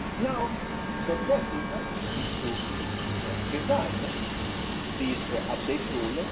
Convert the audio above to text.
now the objective ah is to design this updated rule